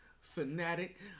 fanatic